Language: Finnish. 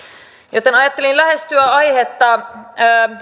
joten ajattelin lähestyä aihetta yhden